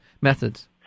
methods